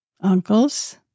uncles